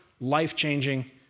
life-changing